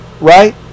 right